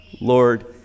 Lord